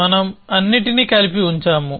మనం అన్నింటినీ కలిపి ఉంచాము